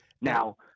Now